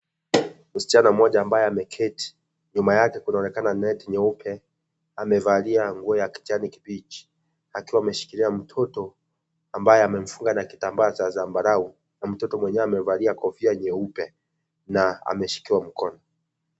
Msichana mmoja ambaye ameketi. Nyuma yake kunaonekana neti nyeupe. Amevalia nguo ya kijani kibichi akiwa ameshilia mtoto ambaye amemfunga na kitambaa cha zambarau. Na mtoto mwenyewe amevalia kofia nyeupe, na ameshikiwa mkono.